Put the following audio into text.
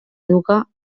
educar